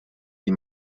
die